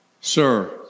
Sir